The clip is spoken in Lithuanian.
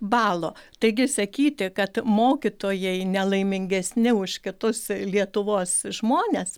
balo taigi sakyti kad mokytojai nelaimingesni už kitus lietuvos žmones